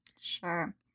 Sure